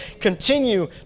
Continue